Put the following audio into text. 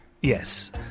Yes